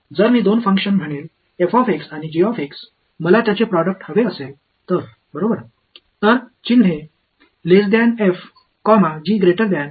மாணவர் இன்டெகிரல் மற்றும் என்ற இரண்டு செயல்பாடுகளை கூறினால் அவற்றின் தயாரிப்பு வேண்டும்